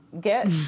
get